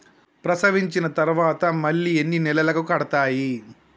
ప్రసవించిన తర్వాత మళ్ళీ ఎన్ని నెలలకు కడతాయి?